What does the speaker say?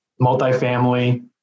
multifamily